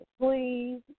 please